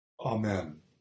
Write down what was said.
Amen